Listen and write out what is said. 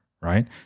right